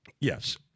Yes